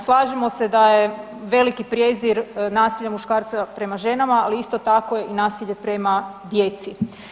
Slažemo se da je veliki prijezir nasilja muškarca prema ženama, ali isto tako je i nasilje prema djeci.